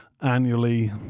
annually